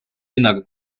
hinnaga